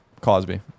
Cosby